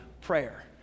prayer